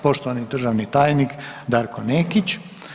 Poštovani državni tajnik Darko Nekić.